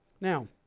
Now